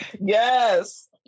Yes